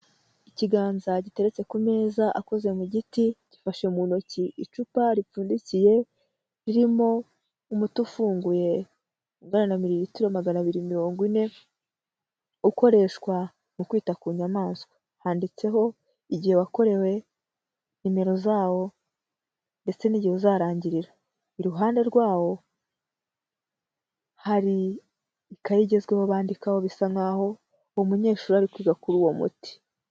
Ikiganza giteretse ku meza akoze mu giti gifashe mu ntoki icupa ripfundikiye ririmo umuti ufunguye ungana na mili ritiro magana abiri mirongo ine ukoreshwa mu kwita ku nyamaswa, handitseho igihe wakorewe, nimero zawo ndetse n'igihe uzarangirira. iruhande rwawo hari ikayi igezweho bandikaho bisa nk'aho uwo munyeshuri ari kwiga kuri uwo muti.